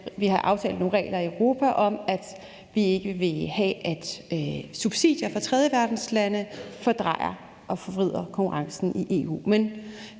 vi har aftalt nogle regler i Europa om, at vi ikke vil have, at subsidier fra tredjeverdenslande fordrejer og forvrider konkurrencen i EU,